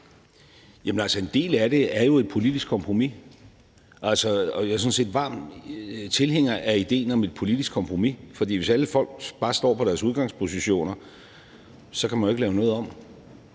en del af det er jo et politisk kompromis, og jeg er sådan set varm tilhænger af idéen om et politisk kompromis, for hvis alle folk bare står på deres udgangspositioner, kan man jo ikke lave noget om.